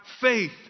faith